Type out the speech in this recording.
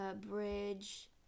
bridge